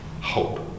hope